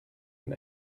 and